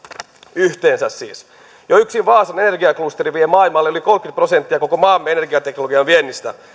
yhteensä jo yksin vaasan energiaklusteri vie maailmalle yli kolmekymmentä prosenttia koko maamme energiateknologian viennistä